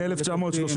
ב-1932,